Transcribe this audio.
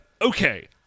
Okay